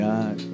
God